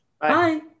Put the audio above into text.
Bye